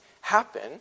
happen